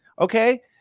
okay